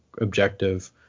objective